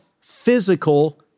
physical